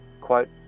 Quote